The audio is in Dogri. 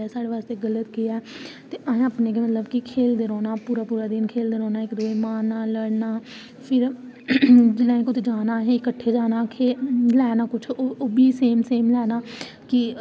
उत्थै खेले फिर अस कबड्डी खेली कबड्डी च बड़ा इंटरेस्ट ऐ खेलदे खेलदे मिगी तिन चार बारी पैर गी लग्गी तिन चार बार मेरे कमर गी लग्गी फिर उनें मतलब उनें